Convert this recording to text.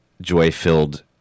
joy-filled